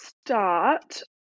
start